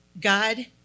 God